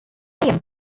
heian